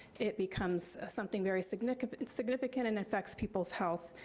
it becomes something very significant and significant and affects people's health.